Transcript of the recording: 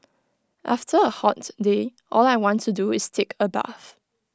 after A hot day all I want to do is take A bath